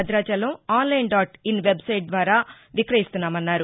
Bhadrachalam online dot in website ద్వారా విక్రయిస్తున్నామన్నారు